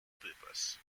purpose